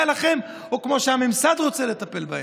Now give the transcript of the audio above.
לכם או כמו שהממסד רוצה לטפל בהם?